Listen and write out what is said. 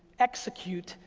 execute,